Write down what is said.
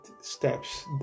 steps